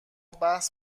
بحث